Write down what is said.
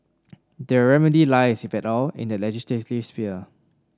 their remedy lies if at all in the legislative sphere